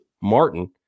Martin